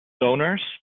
donors